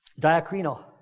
diacrino